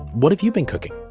what have you been cooking?